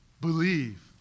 believe